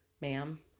ma'am